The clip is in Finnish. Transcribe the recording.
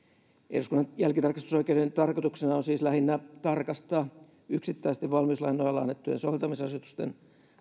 eduskunnan jälkitarkastusoikeuden tarkoituksena on siis lähinnä tarkastaa yksittäisten valmiuslain nojalla annettujen soveltamisasetusten